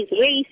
race